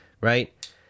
right